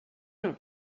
dont